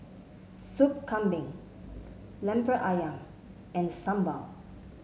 Soup Kambing Lemper ayam and Sambal